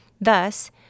Thus